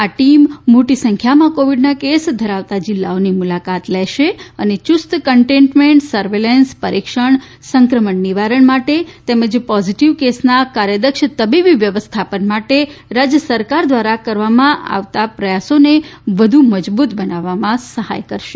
આ ટીમ મોટી સંખ્યામાં કોવિડના કેસ ધરાવતા જીલ્લાઓની મુલાકાત લેશે અને યુસ્ત કન્ટેન્મેન્ટ સર્વેલન્સ પરિક્ષણ સંક્રમણ નિવારણ માટે તેમજ પોઝીટીવ કેસના કાર્યદક્ષ તબીબી વ્યવસ્થાપન માટે રાજ્ય સરકાર દ્વારા કરવામાં આવતા પ્રયાસોને વધુ મજબૂત બનાવવા માટે સહાય કરશે